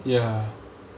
ya